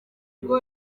rwo